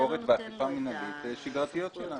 ביקורת ואכיפה מינהלית שגרתיות שלנו.